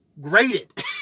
Graded